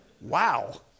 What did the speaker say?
Wow